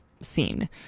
scene